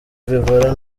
guevara